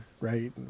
right